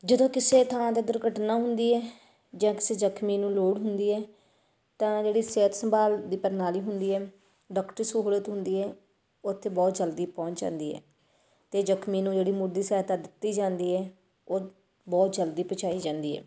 ਜਦੋਂ ਕਿਸੇ ਥਾਂ 'ਤੇ ਦੁਰਘਟਨਾ ਹੁੰਦੀ ਹੈ ਜਾਂ ਕਿਸੇ ਜ਼ਖਮੀ ਨੂੰ ਲੋੜ ਹੁੰਦੀ ਹੈ ਤਾਂ ਜਿਹੜੀ ਸਿਹਤ ਸੰਭਾਲ ਦੀ ਪ੍ਰਣਾਲੀ ਹੁੰਦੀ ਹੈ ਡਾਕਟਰੀ ਸਹੂਲਤ ਹੁੰਦੀ ਹੈ ਉੱਥੇ ਬਹੁਤ ਜਲਦੀ ਪਹੁੰਚ ਜਾਂਦੀ ਹੈ ਅਤੇ ਜ਼ਖਮੀ ਨੂੰ ਜਿਹੜੀ ਮੁੱਢਲੀ ਸਹਾਇਤਾ ਦਿੱਤੀ ਜਾਂਦੀ ਹੈ ਉਹ ਬਹੁਤ ਜਲਦੀ ਪਹੁੰਚਾਈ ਜਾਂਦੀ ਹੈ